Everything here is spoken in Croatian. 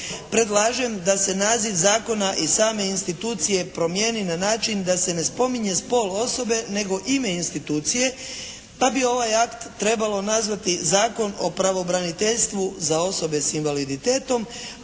predlažem da se naziv zakona i same institucije promijeni na način da se ne spominje spol osobe nego ime institucije pa bi ovaj akt trebalo nazvati Zakon o pravobraniteljstvu za osobe sa invaliditetom,